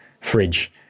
fridge